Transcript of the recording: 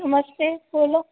नमस्ते बोलो